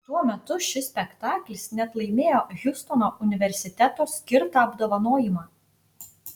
tuo metu šis spektaklis net laimėjo hjustono universiteto skirtą apdovanojimą